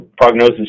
prognosis